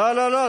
לא, לא, לא.